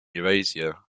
eurasia